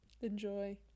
enjoy